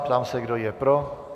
Ptám se, kdo je pro.